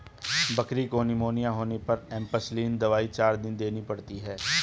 बकरी को निमोनिया होने पर एंपसलीन दवाई चार दिन देनी पड़ती है